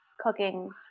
cooking